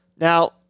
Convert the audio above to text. now